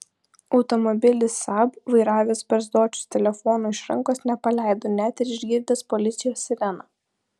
automobilį saab vairavęs barzdočius telefono iš rankos nepaleido net ir išgirdęs policijos sireną